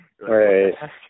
Right